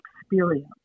experience